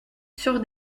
sur